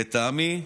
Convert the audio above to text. לטעמי,